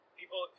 people